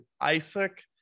Isaac